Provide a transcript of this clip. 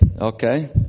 okay